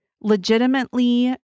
legitimately